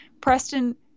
Preston